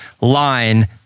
line